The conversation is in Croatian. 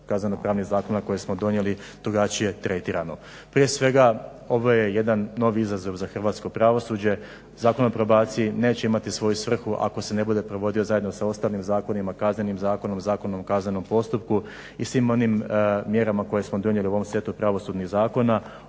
kazneno-pravnih zakona koje smo donijeli drugačije tretiramo. Prije svega, ovo je jedan novi izazov za hrvatsko pravosuđe. Zakon o probaciji neće imati svoju svrhu ako se ne bude provodio zajedno sa ostalim zakonima, Kaznenim zakonom, Zakonom o kaznenom postupku i svim onim mjerama koje smo donijeli u ovom setu pravosudnih zakona.